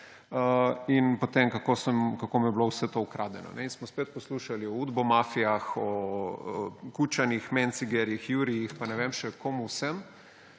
in kako mu je bilo potem vse to ukradeno in smo spet poslušali o udbomafiji, o kučanih, mencingerjih, jurijih pa ne vem še komu vsem,